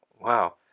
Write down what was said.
wow